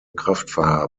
kraftfahrer